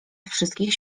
wszystkich